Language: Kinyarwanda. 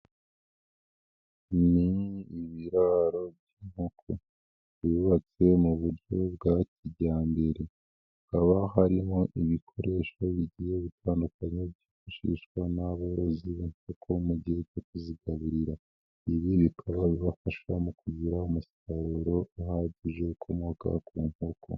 Ni ibiraro by'inkoko byubatse mu buryo bwa kijyambere, haba harimo ibikoresho bigiye bitandukanya byifashishwa n'aborozi b'inkoko mu gihe bagiye kuzigaburira, ibi bikaba bibafasha mu kugira umusaruro uhagije ukomoka ku nkoko.